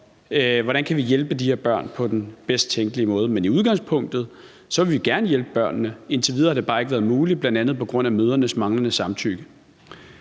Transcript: hvordan vi kan hjælpe de her børn på den bedst tænkelige måde. I udgangspunktet vil vi gerne hjælpe børnene, men indtil videre har det bare ikke været muligt bl.a. på grund af mødrenes manglende samtykke.